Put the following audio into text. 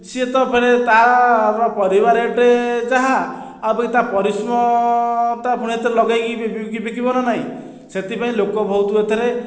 ସିଏ ତ ଫେର୍ ତା'ର ପରିବା ରେଟ୍ ଯାହା ଆଉ ବି ତା' ପରିଶ୍ରମଟା ପୁଣି ଏତେ ଲଗେଇକି ବିକିବ ନା ନାହିଁ ସେଥିପାଇଁ ଲୋକ ବହୁତ ଏଥିରେ